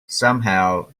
somehow